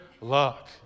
luck